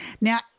Now